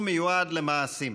הוא מיועד למעשים.